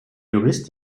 jurist